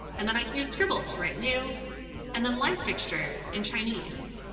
and then i can use scribble to write new and then light fixture in chinese.